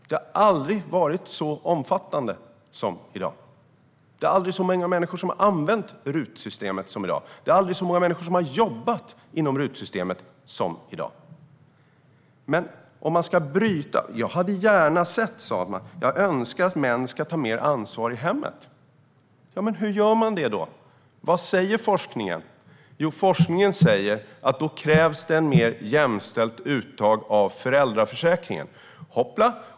Det har aldrig varit så omfattande som i dag. Det har aldrig varit så många människor som har använt RUT-systemet som i dag. Det har aldrig varit så många människor som har jobbat inom RUT-systemet som i dag. Jag önskar att män ska ta mer ansvar i hemmet, sas det här. Men hur gör man det då? Vad säger forskningen? Jo, forskningen säger att då krävs det ett mer jämställt uttag av föräldraförsäkringen. Hoppla!